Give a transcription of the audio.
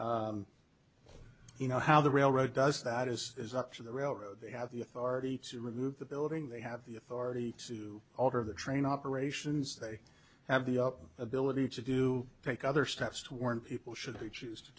us you know how the railroad does that is up to the railroad they have the authority to remove the building they have the authority to alter the train operations they have the up ability to do take other steps to warn people should they choose to